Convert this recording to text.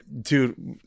Dude